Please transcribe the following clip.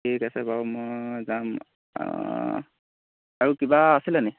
ঠিক আছে বাৰু মই যাম আৰু কিবা আছিলে নি